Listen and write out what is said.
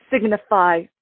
signify